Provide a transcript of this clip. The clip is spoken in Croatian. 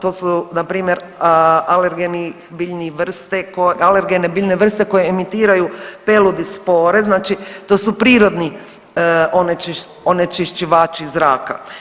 To su npr. alergeni biljne vrste, alergene biljne vrste koje emitiraju pelud i spore, znači to su prirodni onečišćivači zraka.